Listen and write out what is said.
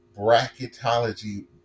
bracketology